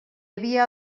havia